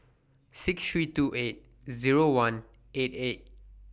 six three two eight Zero one eight eight